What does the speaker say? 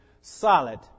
solid